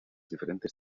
diferentes